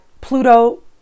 Pluto